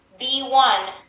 B1